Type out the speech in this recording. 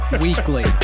Weekly